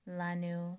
Lanu